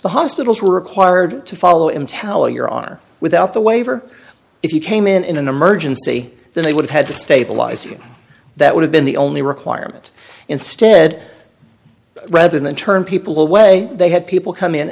the hospitals who are required to follow him tell your are without the waiver if you came in in an emergency then they would have had to stabilize you that would have been the only requirement instead rather than turn people away they had people come in